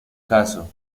caso